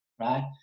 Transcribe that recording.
right